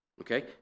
okay